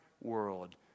world